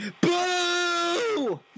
Boo